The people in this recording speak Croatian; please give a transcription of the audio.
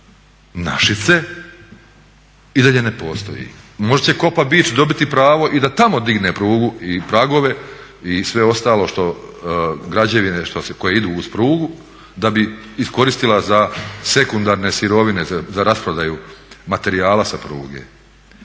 Našice i dalje ne postoji. Možda će Kopa beach dobiti pravo i da tamo digne prugu i pragove i sve ostalo što građevine koje idu uz prugu da bi iskoristila za sekundarne sirovine za rasprodaju materijala sa pruge.